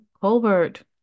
Colbert